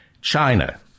China